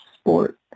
sport